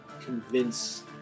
convince